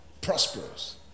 Prosperous